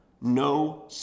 no